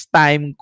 time